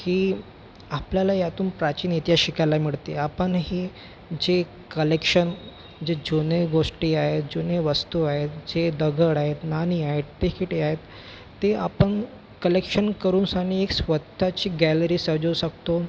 की आपल्याला यातून प्राचीन इतिहास शिकायला मिळते आपणही जे कलेक्शन जे जुने गोष्टी आहे जुने वस्तू आहेत जे दगड आहेत नाणी आहेत तिकिटे आहेत ते आपण कलेक्शन करूनसानी एक स्वत ची गॅलरी सजवू शकतो